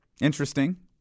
Interesting